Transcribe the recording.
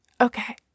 Okay